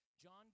John